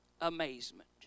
amazement